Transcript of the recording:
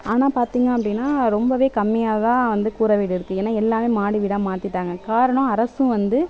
ஆனால் பார்த்திங்க அப்படினால் ரொம்பவே கம்மியாகதான் வந்து கூரை வீடு இருக்குது ஏன்னால் எல்லாமே மாடி வீடாக மாற்றிட்டாங்க காரணம் அரசும் வந்து